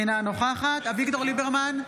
אינה נוכחת אביגדור ליברמן,